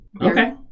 Okay